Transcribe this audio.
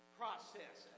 process